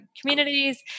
communities